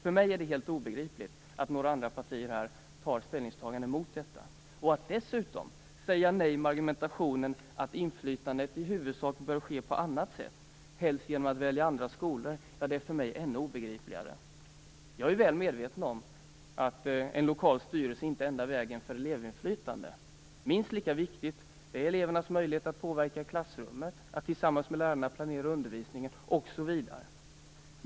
För mig är det helt obegripligt att några partier här tar ställning mot detta. Att dessutom säga nej med argumentet att inflytandet i huvudsak bör ske på annat sätt, helst genom att välja andra skolor, är för mig ännu obegripligare. Jag är väl medveten om att en lokal styrelse inte är enda vägen till elevinflytande. Minst lika viktigt är elevernas möjlighet att påverka i klassrummet, att tillsammans med lärarna planera undervisningen, osv.